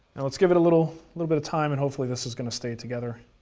let's give it a little little bit of time and hopefully this is gonna stay together.